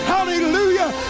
Hallelujah